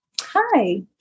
Hi